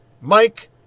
Mike